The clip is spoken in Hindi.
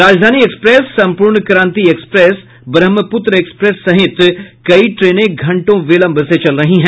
राजधानी express Sampoorna Kranti express Brahmaputra express सहित कई ट्रेन घंटों विलंब से चल रही है